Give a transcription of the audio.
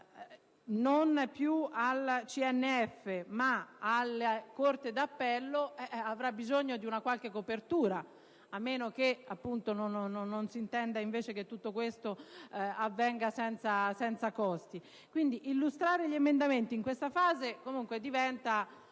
esami dal CNF alla corte d'appello avrà bisogno di una qualche copertura, a meno che non si intenda che tutto questo avvenga senza costi. Esaminare gli emendamenti in questa fase diventa